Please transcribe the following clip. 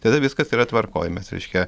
tada viskas yra tvarkoj mes reiškia